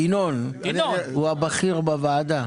ינון, הוא הבכיר בוועדה.